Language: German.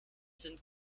sind